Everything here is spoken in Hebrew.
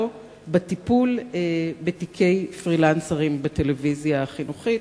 בטיפול בתיקי פרילנסרים בטלוויזיה החינוכית,